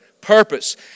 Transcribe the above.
Purpose